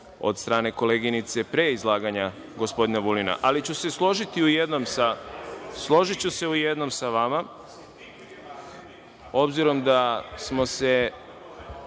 od strane koleginice pre izlaganja gospodina Vulina. Složiću se u jednom sa vama, obzirom da smo se